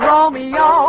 Romeo